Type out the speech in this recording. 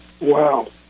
Wow